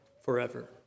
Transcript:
forever